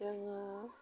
जोङो